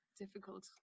difficult